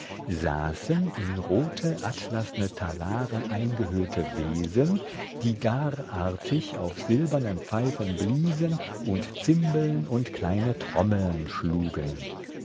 saßen in rote atlasne talare eingehüllte wesen die gar artig auf silbernen pfeifen bliesen und zimbeln und kleine trommeln schlugen